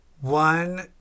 One